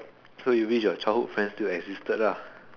so you wish your childhood friend still existed lah